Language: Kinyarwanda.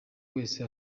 wese